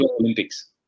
Olympics